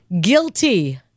Guilty